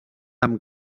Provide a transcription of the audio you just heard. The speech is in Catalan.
amb